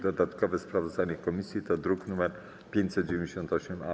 Dodatkowe sprawozdanie komisji to druk nr 598-A.